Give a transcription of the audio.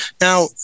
Now